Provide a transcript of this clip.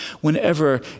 whenever